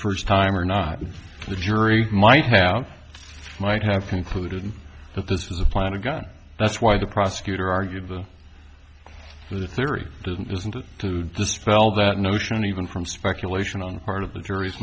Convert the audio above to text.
first time or not the jury might might have concluded that this is a plant a gun that's why the prosecutor argued the theory doesn't doesn't have to dispel that notion even from speculation on the part of the jury's